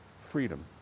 freedom